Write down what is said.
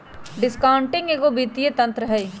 discounting एगो वित्तीय तंत्र हइ